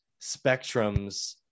spectrums